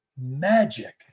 magic